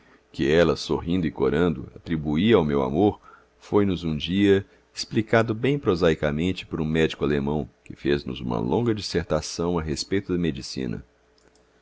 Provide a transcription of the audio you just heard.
que ela sorrindo e corando atribuía ao meu amor foi nos um dia explicado bem prosaicamente por um médico alemão que nos fez uma longa dissertação a respeito da medicina